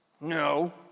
no